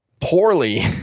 poorly